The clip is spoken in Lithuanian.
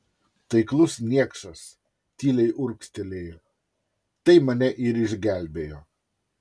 taiklus niekšas tyliai urgztelėjo tai mane ir išgelbėjo